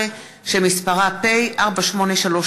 2017, שמספרה פ/4832/20.